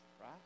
right